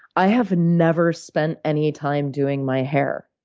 i have never spent any time doing my hair.